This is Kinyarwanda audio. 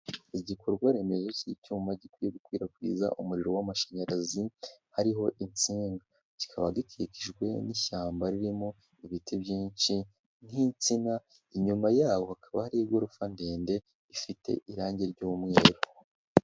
Igikorwaremezo k'icyuma gikwiye gukwirakwiza umuriro w'amashanyarazi hariho insinga, kikaba gikikijwe n'ishyamba ririmo ibiti byinshi nk'insina inyuma yabo hakaba hari igorofa ndende ifite irangi ry'umweru.